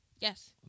Yes